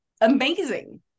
amazing